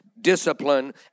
discipline